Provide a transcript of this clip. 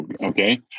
Okay